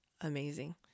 amazing